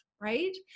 right